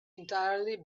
entirely